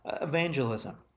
evangelism